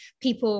people